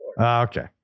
Okay